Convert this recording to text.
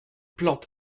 plante